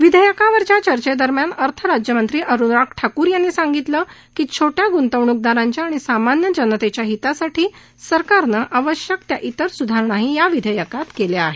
विधेयकावरच्या चर्चेदरम्यान अर्थ राज्यमंत्री अनुराग ठाकूर यांनी सांगितलं की छोट्या ग्रंतवणूकदारांच्या आणि सामान्य जनतेच्या हितासाठी सरकारने आवश्यक त्या इतर स्धारणाही या विधयेकात केल्या आहेत